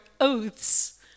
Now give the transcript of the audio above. oaths